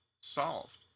solved